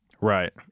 Right